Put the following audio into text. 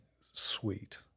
sweet